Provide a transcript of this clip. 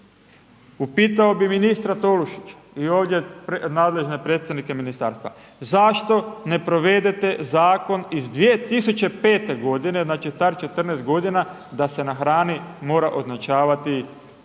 Upitao bih ministra Tolušića i ovdje nadležne predstavnike ministarstva zašto ne provedete zakon iz 2005. godine, znači star 14 godina da se na hrani mora označavati da